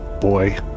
boy